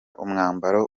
umwambaro